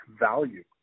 value